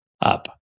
up